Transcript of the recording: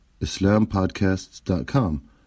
islampodcasts.com